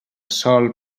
sòl